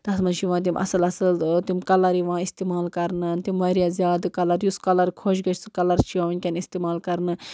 تَتھ منٛز چھِ یِوان تِم اصٕل اصٕل تِم کَلَر یِوان اِستعمال کرنہٕ تِم واریاہ زیادٕ کَلَر یُس کَلَر خۄش گژھِ سُہ کَلَر چھِ یِوان وٕنۍکٮ۪ن استعمال کرنہٕ